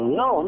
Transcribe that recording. no